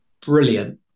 Brilliant